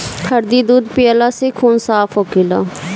हरदी दूध पियला से खून साफ़ होखेला